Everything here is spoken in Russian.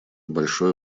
большое